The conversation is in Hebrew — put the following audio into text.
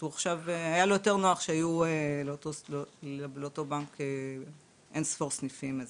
היה לו יותר נוח שהיה לאותו בנק אינספור סניפים,